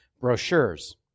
brochures